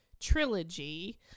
trilogy